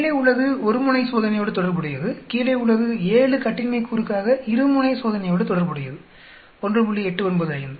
மேலே உள்ளது ஒரு முனை சோதனையோடு தொடர்புடையது கீழே உள்ளது 7 கட்டின்மை கூறுக்காக இரு முனை சோதனையோடு தொடர்புடையது 1